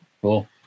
Cool